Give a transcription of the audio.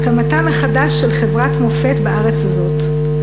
הקמתה מחדש של חברת מופת בארץ הזאת,